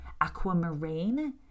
aquamarine